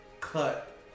cut